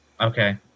Okay